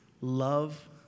love